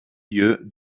lieu